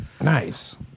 Nice